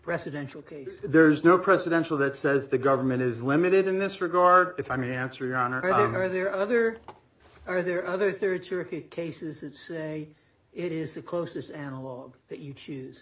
precedential case there's no presidential that says the government is limited in this regard if i may answer your honor are there other are there other third cherokee cases that say it is the closest analogue that you choose